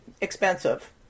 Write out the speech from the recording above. expensive